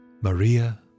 Maria